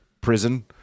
prison